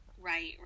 Right